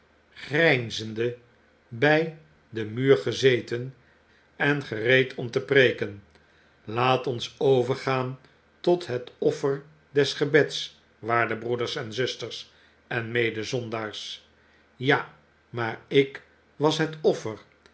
grijnzende by den muur gezeten en gereed om te preeken laat ons overgaan tot het offer des gebeds waarde broeders en zusters en medezondaars ja maar ik was het offer